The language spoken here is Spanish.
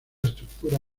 estructura